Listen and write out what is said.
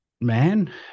man